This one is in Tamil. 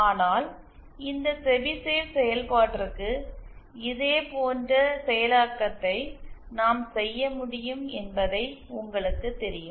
ஆனால் இந்த செபிஷேவ் செயல்பாட்டிற்கும் இதேபோன்ற செயலாக்கத்தை நாம் செய்ய முடியும் என்பது உங்களுக்குத் தெரியும்